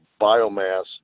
biomass